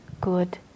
good